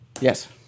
Yes